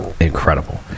incredible